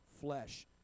flesh